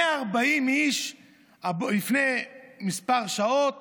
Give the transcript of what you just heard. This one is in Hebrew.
140 איש לפני כמה שעות